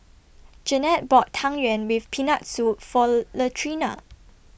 Janette bought Tang Yuen with Peanut Soup For Latrina